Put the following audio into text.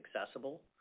accessible